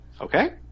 Okay